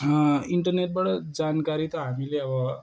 इन्टरनेटबाट जानकारी त हामीले अब